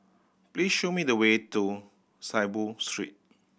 please show me the way to Saiboo Street